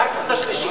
אחר כך את השלישית,